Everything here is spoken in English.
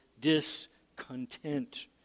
discontent